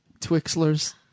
Twixlers